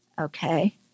Okay